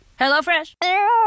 HelloFresh